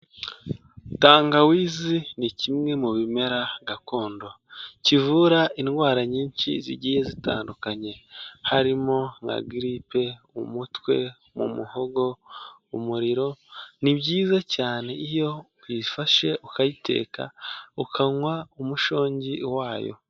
Tangawizi ni kimwe mu bimera gakondo kivura indwara nyinshi zigiye zitandukanye harimo nka giripe, umutwe, mu muhogo, umuriro, ni byiza cyane iyo uyifashe ukayiteka ukanywa umushongi wayo.